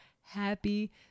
happy